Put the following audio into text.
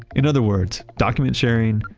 in other words, document sharing,